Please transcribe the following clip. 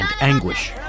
anguish